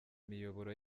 imiyoboro